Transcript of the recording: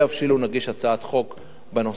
נגיש הצעת חוק בנושא הזה.